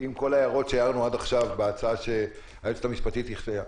-- ועם כל ההערות שהערנו עד עכשיו בהצעה שהיועצת המשפטית הציעה.